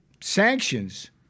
sanctions